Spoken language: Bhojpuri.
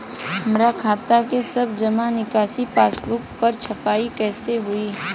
हमार खाता के सब जमा निकासी पासबुक पर छपाई कैसे होई?